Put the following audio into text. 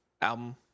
album